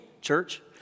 church